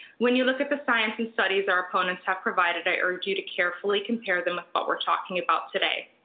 when you look at the science and studies our opponents have provided, i urge you to carefully compare them with what we're talking about today.